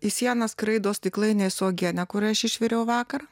į sieną skraido stiklainiai su uogiene kurią aš išviriau vakar